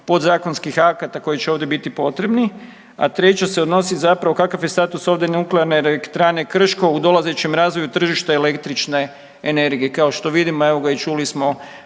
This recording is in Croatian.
podzakonskih akata koji će ovdje biti potrebni? A treće se odnosi zapravo, kakav je status ovdje Nuklearne elektrane Krško u dolazećem razvoju tržišta električne energije? Kao što vidimo i čuli smo